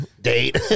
date